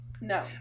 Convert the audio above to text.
No